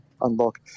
unlock